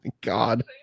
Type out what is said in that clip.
god